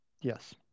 Yes